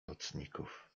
nocników